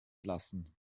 lassen